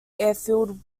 airfield